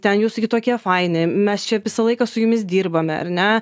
ten jūs gi tokie faini mes čia visą laiką su jumis dirbame ar ne